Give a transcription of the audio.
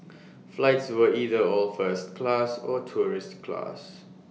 flights were either all first class or tourist class